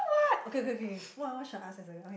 okay okay K K what what shall I ask as a okay